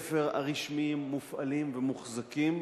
בתי-הספר הרשמיים מופעלים ומוחזקים